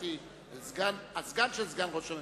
דיברתי לסגן של סגן ראש הממשלה,